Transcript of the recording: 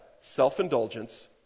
self-indulgence